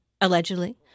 allegedly